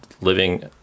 living